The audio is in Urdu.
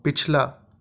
پچھلا